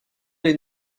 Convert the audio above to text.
est